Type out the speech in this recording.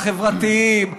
החברתיים,